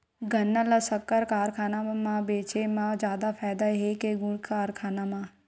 गन्ना ल शक्कर कारखाना म बेचे म जादा फ़ायदा हे के गुण कारखाना म?